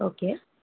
okay